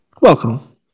welcome